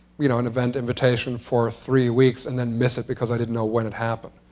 you know and event, invitation for three weeks, and then miss it because i didn't know when it happened.